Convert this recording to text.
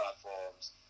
platforms